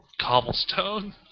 Cobblestone